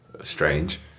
strange